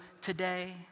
today